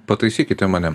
pataisykite mane